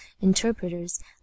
interpreters